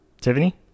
Tiffany